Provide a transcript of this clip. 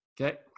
Okay